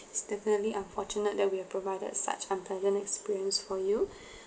it's definitely unfortunate that we have provided such unpleasant experience for you